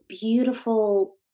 beautiful